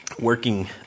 working